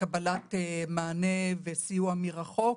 קבלת מענה וסיוע מרחוק.